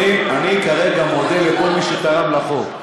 אני כרגע מודה לכל מי שתרם לחוק.